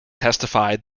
testified